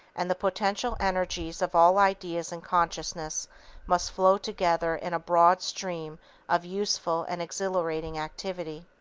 and the potential energies of all ideas in consciousness must flow together in a broad stream of useful and exhilarating activity.